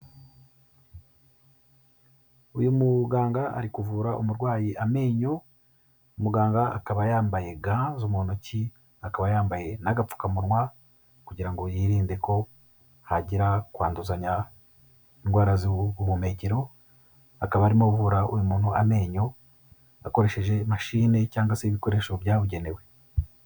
Uyu muganga ari kuvura umurwayi amenyo, muganga akaba yambaye ga zo mu ntoki, akaba yambaye n'agapfukamunwa kugira ngo yirinde ko hagira kwanduzanya indwara z'ubuhumekero, akaba arimo avura uyu muntu amenyo, akoresheje machine cyangwa se ibikoresho byabugenewe.